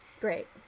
great